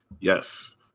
Yes